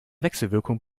wechselwirkung